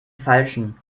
falschen